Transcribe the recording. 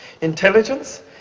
intelligence